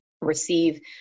receive